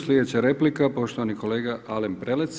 Slijedeća replika, poštovani kolega Alen Prelec.